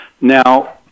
Now